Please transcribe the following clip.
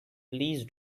please